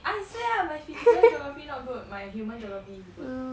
I say ah my physical geography not good my human geography good